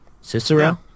Cicero